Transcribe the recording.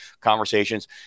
conversations